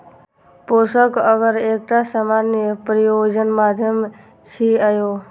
पोषक अगर एकटा सामान्य प्रयोजन माध्यम छियै